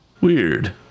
Weird